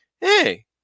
hey